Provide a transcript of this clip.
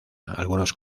algunos